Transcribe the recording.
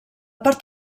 part